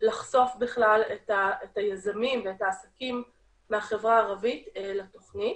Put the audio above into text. לחשוף בכלל את היזמים ואת העסקים מהחברה הערבית לתוכנית.